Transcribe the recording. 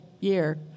year